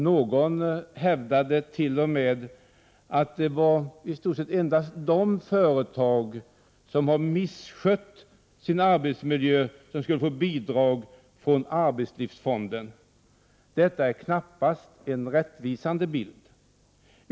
Någon hävdade t.o.m. att det i stort sett var endast de företag som har misskött sin arbetsmiljö som skulle få bidrag från arbetslivsfonden. Detta är knappast en rättvisande bild.